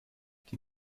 die